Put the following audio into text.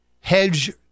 hedge